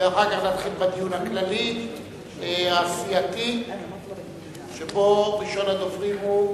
ואחר כך נתחיל בדיון הכללי הסיעתי שבו ראשון הדוברים הוא,